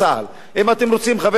האם אתם רוצים חבר כנסת,